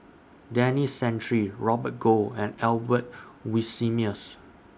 Denis Santry Robert Goh and Albert Winsemius